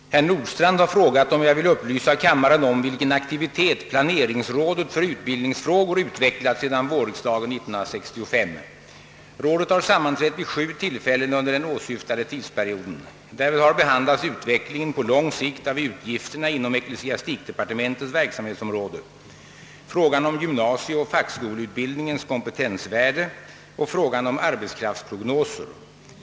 Herr talman! Herr Nordstrandh har frågat, om jag vill upplysa kammaren om vilken aktivitet planeringsrådet för utbildningsfrågor utvecklat sedan vårriksdagen 1965. Rådet har sammanträtt vid sju tillfällen under den åsyftade tidsperioden. Därvid har behandlats utvecklingen på lång sikt av utgifterna inom ecklesiastikdepartementets verksamhetsområde, frågan om gymnasieoch fackskoleutbildningens kompetensvärde och frågan om arbetskraftsprognoser.